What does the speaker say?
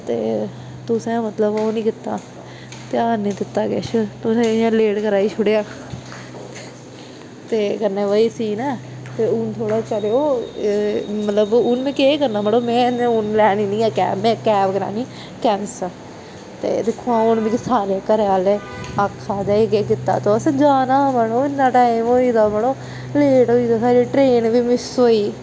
ते तुसें मतलब ध्यान ओह् निं कीता ध्यान निं दित्ता किश तुसें इ'यां लेट कराई छोड़ेआ ते कन्नै भई सीन ऐ ते हून चलेओ मतलब हून में केह् करना में ते हून लैनी निं ऐ कैब कैब करानी कैंसल ते दिक्खो हां हून मिगी सारे घरे आह्ले आक्खा दे केह् कीता तुस जाना हा मड़ो इन्ना टाईम होई गेदा मड़ो लेट होई दे साढ़ी ट्रेन बी मिस होई